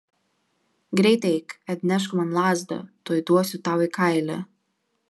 greit eik atnešk man lazdą tuoj duosiu tau į kailį